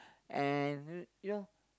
and you you know